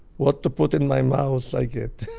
what to put in my mouth, i guess.